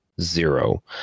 zero